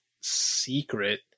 secret